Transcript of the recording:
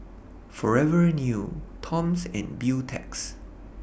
Forever New Toms and Beautex